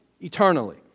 eternally